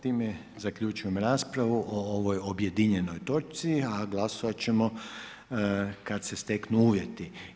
Time zaključujem raspravu o ovoj objedinjenoj točci a glasovati ćemo kada se steknu uvjeti.